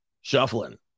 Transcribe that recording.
Shuffling